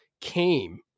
came